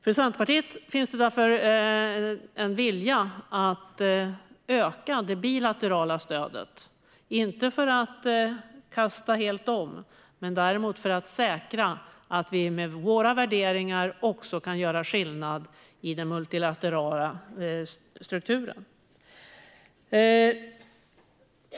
Från Centerpartiet finns det därför en vilja att öka det bilaterala stödet, inte för att helt kasta om men för att säkra att vi med våra värderingar också kan göra skillnad i den multilaterala strukturen.